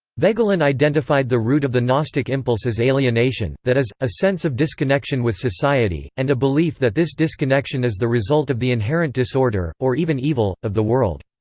voegelin identified the root of the gnostic impulse as alienation, that is, a sense of disconnection with society, and a belief that this disconnection is the result of the inherent disorder, or even evil, of the world.